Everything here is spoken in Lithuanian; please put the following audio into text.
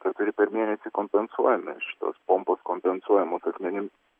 keturi per mėnesį kompensuojami šitos pompos kompensuojamos asmenim